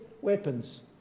weapons